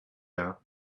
air